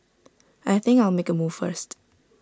I think I'll make A move first